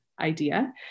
idea